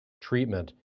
treatment